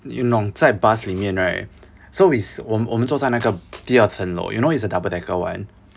you know 在 bus 里面 right so we sa~ 我们坐在那个第二层楼 you know it's a double decker [one]